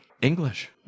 English